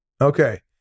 Okay